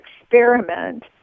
experiment